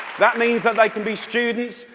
that means that they can be students,